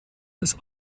des